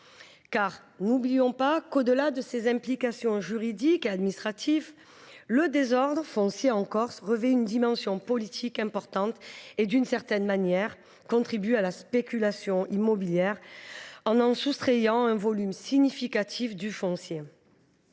N’oublions pas que, au delà de ses implications juridiques et administratives, le désordre foncier en Corse revêt une dimension politique importante et contribue, d’une certaine manière, à la spéculation immobilière en soustrayant un volume significatif de foncier.